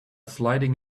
sliding